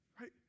Right